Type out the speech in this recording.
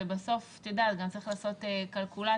בסוף גם צריך לעשות כלכולציה,